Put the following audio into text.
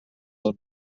del